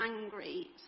angry